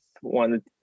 one